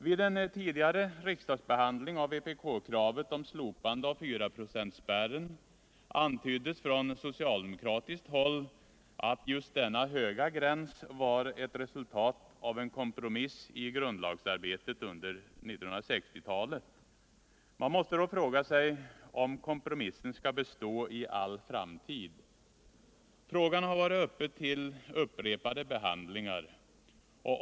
Vid en tidigare riksdagsbehandling av vpk-kravet om slopande av 4-procentsspärren antyddes från socialdemokratiskt håll att just denna höga gräns var ett resultat av en kompromiss i grundlagsarbetet under 1960-talet. Man måste då fråga sig om kompromissen skall bestå i all framtid. Frågan har varit uppe till upprepade behandlingar.